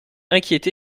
inquiété